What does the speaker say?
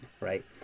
right